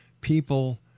people